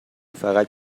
فقط